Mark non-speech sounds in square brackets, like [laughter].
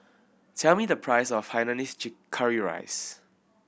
tell me the price of hainanese [unintelligible] curry rice